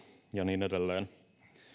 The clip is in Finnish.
ja niin edelleen